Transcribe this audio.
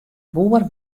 boer